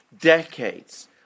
decades